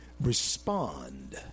respond